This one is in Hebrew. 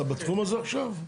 אתה בתחום הזה עכשיו?